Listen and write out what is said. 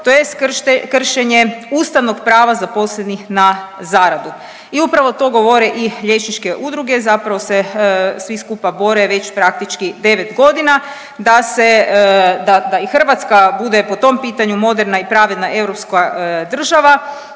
tj. kršenje ustavnog prava zaposlenih na zaradu. I upravo to govore i liječničke udruge. Zapravo se svi skupa bore već praktički 9 godina da se, da i Hrvatska bude po tom pitanju moderna i pravedna europska država.